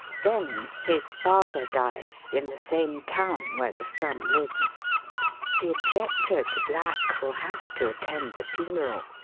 then his father dies, in the same town where the son lives the objector to black will have to attend the funeral